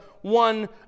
one